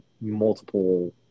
multiple